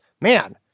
man